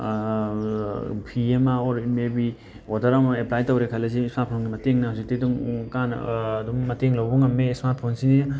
ꯐꯤ ꯑꯃ ꯑꯣꯔ ꯏꯠ ꯃꯦ ꯕꯤ ꯑꯣꯗꯔ ꯑꯃ ꯑꯦꯄ꯭ꯂꯥꯏ ꯇꯧꯔꯦ ꯈꯜꯂꯁꯤ ꯏꯁꯃꯥꯔꯠ ꯐꯣꯟꯒꯤ ꯃꯇꯦꯡꯅ ꯍꯧꯖꯤꯛꯇꯤ ꯑꯗꯨꯝ ꯑꯗꯨꯝ ꯃꯇꯦꯡ ꯂꯧꯕ ꯉꯝꯃꯦ ꯏꯁꯃꯥꯔꯠ ꯐꯣꯟ ꯁꯤꯗꯤ